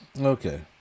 Okay